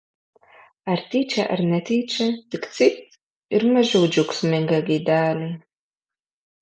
ar tyčia ar netyčia tik cypt ir mažiau džiaugsminga gaidelė